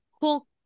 cool